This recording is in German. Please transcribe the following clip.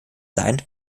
sein